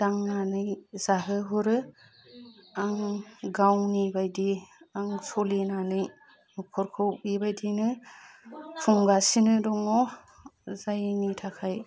दांनानै जाहोहरो आं गावनि बायदि आं सोलिनानै न'खरखौ बेबायदिनो खुंगासिनो दङ जायनि थाखाय